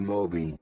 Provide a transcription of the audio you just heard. Moby